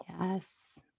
Yes